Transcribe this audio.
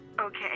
okay